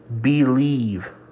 believe